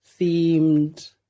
themed